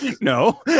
No